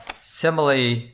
simile